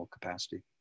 capacity